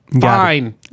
Fine